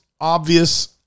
obvious